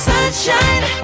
Sunshine